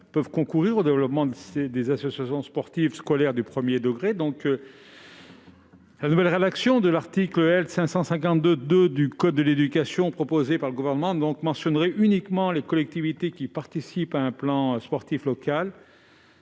actuellement concourir au développement des associations sportives scolaires du premier degré. La nouvelle rédaction de l'article L. 552-2 du code de l'éducation proposée par le Gouvernement mentionnerait uniquement les collectivités participant à un plan sportif local.